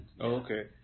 okay